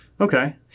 Okay